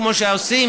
כמו שעושים